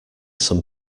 some